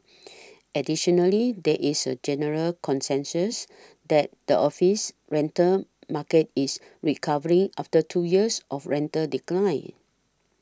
additionally there is a general consensus that the office rental market is recovering after two years of rental decline